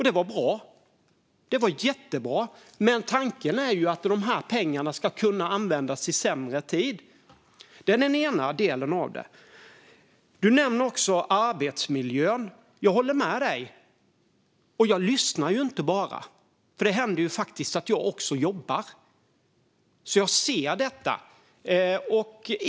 Det är jättebra, men tanken är ju att dessa pengar ska kunna användas i sämre tider. Du nämnde också arbetsmiljön, Karin Rågsjö. Jag håller med dig, och jag lyssnar inte bara. Det händer faktiskt att jag också jobbar, så jag ser detta.